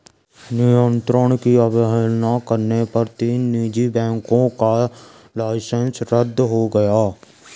नियंत्रण की अवहेलना करने पर तीन निजी बैंकों का लाइसेंस रद्द हो गया